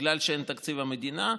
בגלל שאין תקציב מדינה,